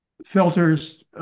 filters